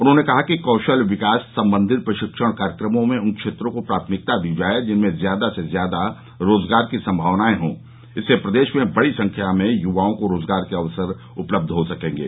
उन्होंने कहा कि कौशल विकास संबंधी प्रशिक्षण कार्यक्रमों में उन क्षेत्रों को प्राथमिकता दी जाये जिसमें ज्यादा से ज्यादा रोजगार की संभावनाएं हो इससे प्रदेश में बड़ी संख्या में युवाओं को रोजगार के अवसर उपलब्ध हो सकेंगे